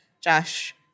Josh